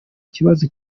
kibazo